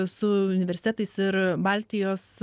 su universitetais ir baltijos